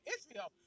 Israel